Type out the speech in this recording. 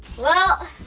well.